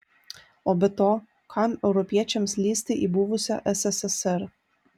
o be to kam europiečiams lįsti į buvusią sssr